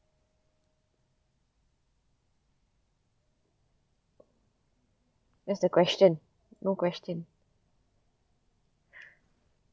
where's the question no question